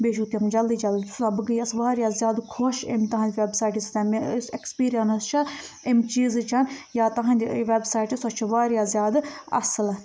بیٚیہِ چھُو تَم جلدی جلدی سُہ بہٕ گٔیَس واریاہ زیادٕ خۄش اَمہِ تَُہٕنٛدِ وٮ۪ب سایٹہِ سۭتٮ۪ن مےٚ ٲس ایکٕسپیٖریَنٕس چھےٚ اَمہِ چیٖزٕچ یا تٔہٕنٛدِ وٮ۪ب سایٹہِ سۄ چھِ واریاہ زیادٕ اَصٕل